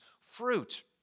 fruit